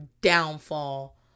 downfall